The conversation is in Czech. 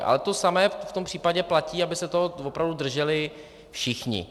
Ale to samé v tom případě platí, aby se toho opravdu drželi všichni.